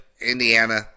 Indiana